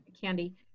Candy